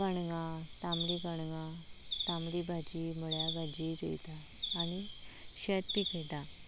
कणगां तांबडी कणगां तांबडी भाजी मुळ्या भाजी रोयता आनी शेत पिकयता